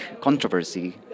controversy